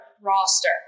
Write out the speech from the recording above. roster